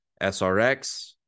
SRX